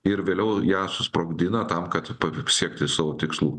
ir vėliau ją susprogdina tam kad pasiekti savo tikslų